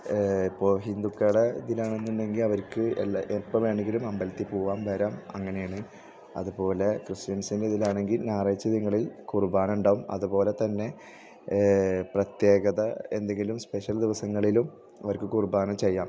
ഇപ്പോൾ ഹിന്ദുക്കളുടെ ഇതിലാണെന്നുണ്ടെങ്കിൽ അവർക്ക് എപ്പം വേണമെങ്കിലും അമ്പലത്തിൽ പോകാം വരാം അങ്ങനെയാണ് അതുപോലെ ക്രിസ്ത്യൻസിനിതിലാണെങ്കിൽ ഞായറാഴ്ചകളിൽ കുർബാന ഉണ്ടാകും അതുപോലെ തന്നെ പ്രത്യേകത എന്തെങ്കിലും സ്പെഷ്യൽ ദിവസങ്ങളിലും അവർക്ക് കുർബാന ചെയ്യാം